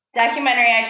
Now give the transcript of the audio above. documentary